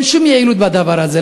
אין שום יעילות בדבר הזה,